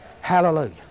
Hallelujah